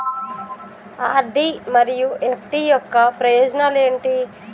RD మరియు FD యొక్క ప్రయోజనాలు ఏంటి?